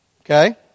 Okay